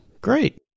great